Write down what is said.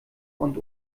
und